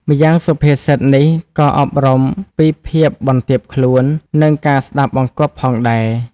ម្យ៉ាងសុភាសិតនេះក៏អប់រំពីភាពបន្ទាបខ្លួន និងការស្តាប់បង្គាប់ផងដែរ។